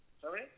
Sorry